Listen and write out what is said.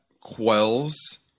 quells